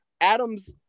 Adams